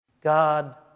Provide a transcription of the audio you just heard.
God